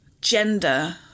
gender